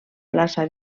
plaça